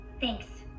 Thanks